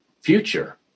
future